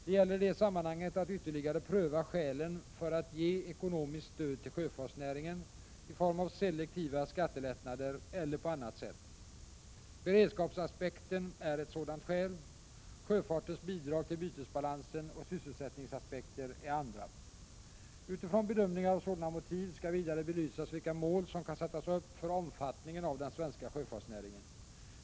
Det gäller i det sammanhanget att ytterligare pröva skälen för att ge ekonomiskt stöd till sjöfartsnäringen i form av selektiva skattelättnader eller på annat sätt. Beredskapsaspekten är ett sådant skäl. Sjöfartens bidrag till bytesbalansen och sysselsättningsaspekter är andra. Utifrån bedömningar av sådana motiv skall vidare belysas vilka mål som kan sättas upp för omfattningen av den svenska sjöfartsnäringen.